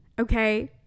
Okay